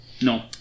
No